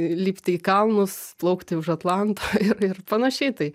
lipti į kalnus plaukti už atlanto ir ir panašiai tai